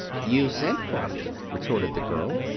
you sent for me, retorted the girl.